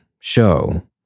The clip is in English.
show